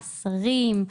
שרים,